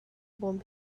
bawm